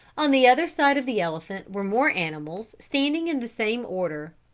on the other side of the elephant were more animals standing in the same order.